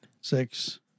six